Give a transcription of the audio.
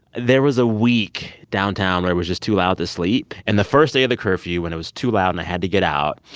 there was a week downtown where it was just too loud to sleep. and the first day of the curfew when it was too loud and i had to get out,